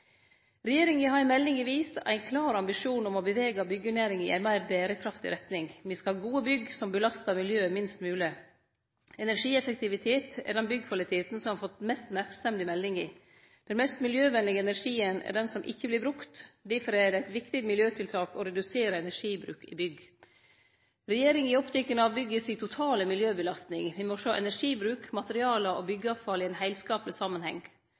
Regjeringa har i meldinga vist ein klar ambisjon om å bevege byggjenæringa i ei meir berekraftig retning. Me skal ha gode bygg som belastar miljøet minst mogleg. Energieffektivitet er den byggkvaliteten som har fått mest merksemd i meldinga. Den mest miljøvenlege energien er den som ikkje vert brukt, difor er det eit viktig miljøtiltak å redusere energibruk i bygg. Regjeringa er oppteken av bygga si totale miljøbelastning. Me må sjå energibruk, materialar og byggjeavfall i ein heilskapleg samanheng.